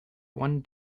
one